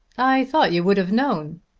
i thought you would have known.